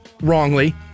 wrongly